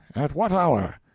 at what hour?